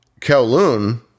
Kowloon